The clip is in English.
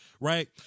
right